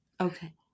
Okay